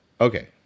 Okay